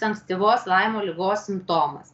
ankstyvos laimo ligos simptomas